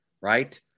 right